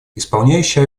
исполняющий